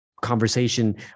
conversation